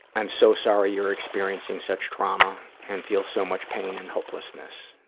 and so sorry you're experiencing such trauma and feel so much pain and hopelessness.